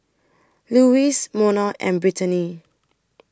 Lewis Monna and Brittaney